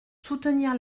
soutenir